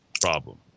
problem